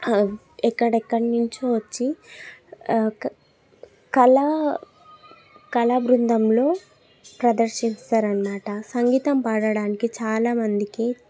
ఎక్కడెక్కడ నుంచో వచ్చి క కళా కళా బృందంలో ప్రదర్శిస్తారన్నమాట సంగీతం పాడటానికి చాలా మందికి